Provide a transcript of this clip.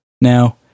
now